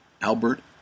Albert